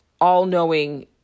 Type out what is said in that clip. all-knowing